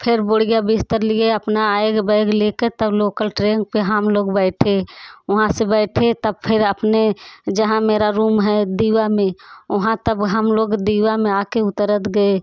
फिर बोड़िया बिस्तर लिए अपना ऐग बैग लेके तब लोकल ट्रेन पे हम लोग बैठे वहाँ से बैठे तब फिर अपने जहाँ मेरा रूम है दीवा में ओहाँ तब हम लोग दीवा में आ के उतरत गए